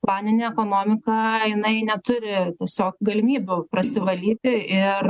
planinė ekonomika jinai neturi tiesiog galimybių prasivalyti ir